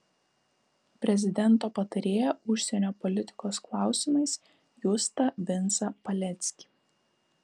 prezidento patarėją užsienio politikos klausimais justą vincą paleckį